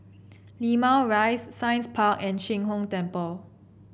Limau Rise Science Park and Sheng Hong Temple